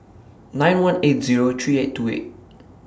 nine one eight Zero three eight two eight